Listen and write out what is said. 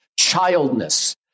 childness